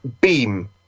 beam